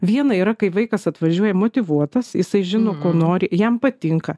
viena yra kai vaikas atvažiuoja motyvuotas jisai žino ko nori jam patinka